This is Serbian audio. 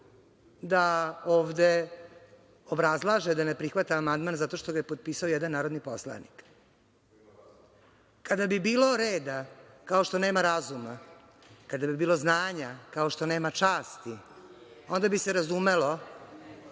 da ovde obrazlaže da ne prihvata amandman zato što ga je potpisao jedan narodni poslanik. Kada bi bilo reda, kao što nema razuma, kada bi bilo znanja kao što nema časti, onda bi se razumelo